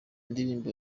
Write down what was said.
ndirimbo